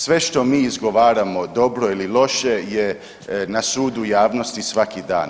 Sve što mi izgovaramo dobro ili loše je na sudu javnosti svaki dan.